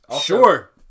sure